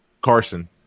Carson